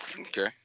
Okay